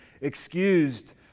excused